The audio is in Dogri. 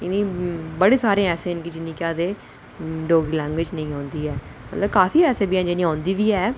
इनैं गी बड़े सारे ऐसे न कि जिने गी आखदे डोगरी लैंगूएज नेईं आंदी ऐ मतलव काफि ऐसै बी ऐ न जिने गी आंदी बी ऐ